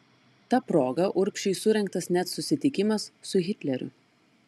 ta proga urbšiui surengtas net susitikimas su hitleriu